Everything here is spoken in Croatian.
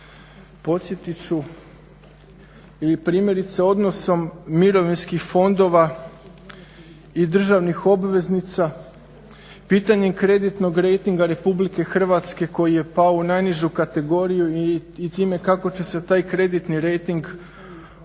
Podsjetit ću ili primjerice odnosom mirovinskih fondova i državnih obveznica, pitanjem kreditnog rejtinga RH koji je pao u najnižu kategoriju i time kako će se taj kreditni rejting odraziti